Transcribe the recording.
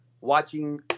watching